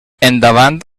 endavant